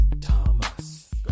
Thomas